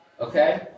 okay